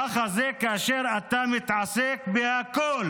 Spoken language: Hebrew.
ככה זה כאשר אתה מתעסק בכול